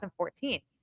2014